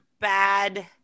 bad